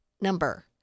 number